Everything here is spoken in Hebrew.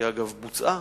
שאגב בוצעה,